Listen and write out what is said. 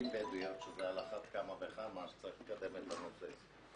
בדואיות שעל אחת כמה וכמה צריך לקדם את הנושא.